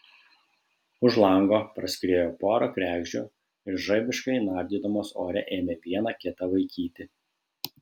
už lango praskriejo pora kregždžių ir žaibiškai nardydamos ore ėmė viena kitą vaikyti